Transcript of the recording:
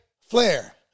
Flair